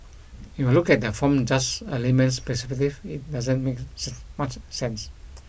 if I look at that from just a layman's perspective it doesn't make much sense